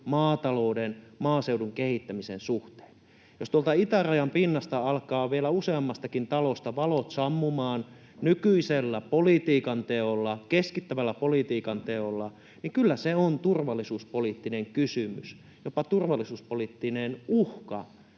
maatalouden, maaseudun kehittämisen suhteen. Jos tuolta itärajan pinnasta alkaa vielä useammastakin talosta valot sammumaan nykyisellä politiikan teolla, keskittävällä politiikan teolla, kyllä se on turvallisuuspoliittinen kysymys, jopa turvallisuuspoliittinen uhka